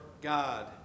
God